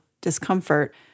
discomfort